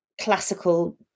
classical